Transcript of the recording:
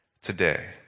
today